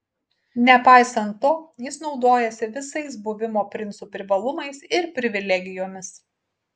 nepaisant to jis naudojasi visais buvimo princu privalumais ir privilegijomis